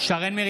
שרן מרים